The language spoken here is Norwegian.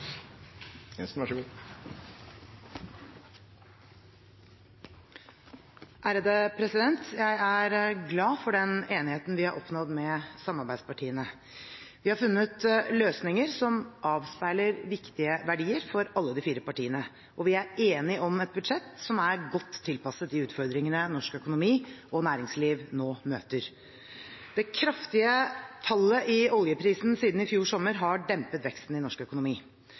har funnet løsninger som avspeiler viktige verdier for alle de fire partiene, og vi er enige om et budsjett som er godt tilpasset de utfordringene norsk økonomi og norsk næringsliv nå møter. Det kraftige fallet i oljeprisen siden i fjor sommer har dempet veksten i norsk økonomi.